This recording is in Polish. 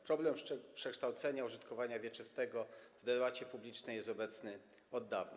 Problem przekształcenia użytkowania wieczystego w debacie publicznej jest obecny od dawna.